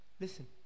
Listen